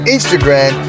Instagram